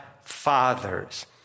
father's